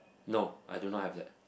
no I do not have that